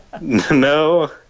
No